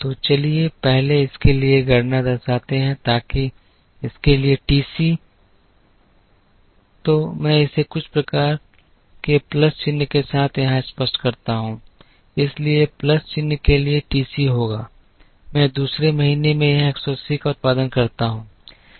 तो चलिए पहले इसके लिए गणना दर्शाते हैं ताकि इसके लिए TC तो मैं इसे कुछ प्रकार के प्लस चिन्ह के साथ यहाँ स्पष्ट करता हूं इसलिए प्लस चिह्न के लिए टीसी होगा मैं दूसरे महीने में यहां 180 का उत्पादन करता हूं